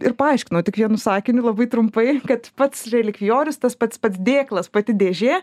ir paaiškinau tik vienu sakiniu labai trumpai kad pats relikvijorius tas pats pats padėklas pati dėžė